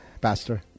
Pastor